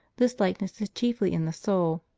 this likeness is chiefly in the soul.